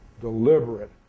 deliberate